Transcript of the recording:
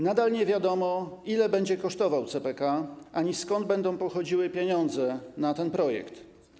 Nadal nie wiadomo, ile będzie kosztował CPK ani skąd będą pochodziły pieniądze na ten projekt.